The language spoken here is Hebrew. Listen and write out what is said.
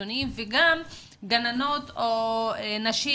משפחתונים וגם גננות או נשים